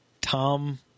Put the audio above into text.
Tom